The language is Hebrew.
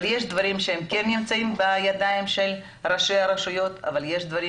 אבל יש דברים שנמצאים בידיים של ראשי הרשויות אבל יש דברים